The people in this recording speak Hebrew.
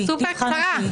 קצרה?